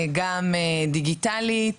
גם דיגיטלית.